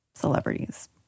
celebrities